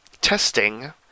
testing